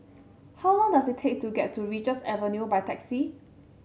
how long does it take to get to Richards Avenue by taxi